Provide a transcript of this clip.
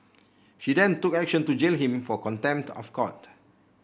she then took action to jail him for contempt of court